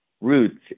roots